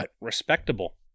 Respectable